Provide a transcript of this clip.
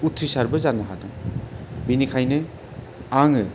उथ्रिसारबो जानो हादों बेनिखायनो आङो